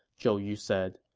zhou yu said.